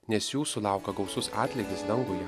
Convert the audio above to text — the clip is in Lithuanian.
nes jūsų laukia gausus atlygis danguje